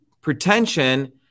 pretension